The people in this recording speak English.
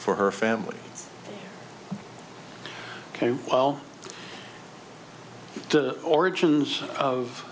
for her family ok well the origins of